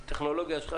הטכנולוגיה שלך,